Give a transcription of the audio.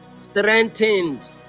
strengthened